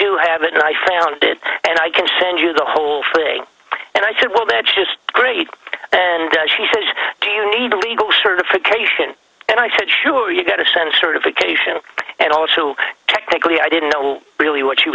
do have it and i found it and i can send you the whole thing and i said well that's just great and she says do you need a legal certification and i said sure you get a sense of occasion and also technically i didn't know really what she